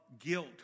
guilt